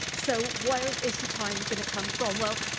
so, where is the time going to come from? well,